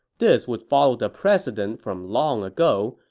this would follow the precedent from long ago,